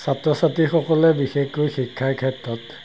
ছাত্ৰ ছাত্ৰীসকলে বিশেষকৈ শিক্ষাৰ ক্ষেত্ৰত